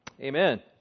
amen